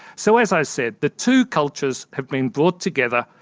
so as i said, the two cultures have been brought together,